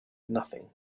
nothing